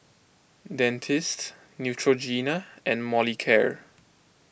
Dentiste Neutrogena and Molicare